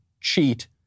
cheat